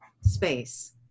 space